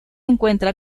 encuentra